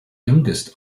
youngest